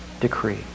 decree